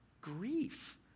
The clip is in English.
grief